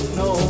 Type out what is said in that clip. no